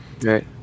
Right